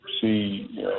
see